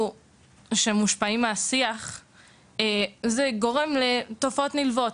אז זה גורם לתופעות נלוות,